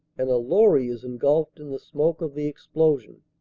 and a lorry is engulfed in the smoke of the explosion.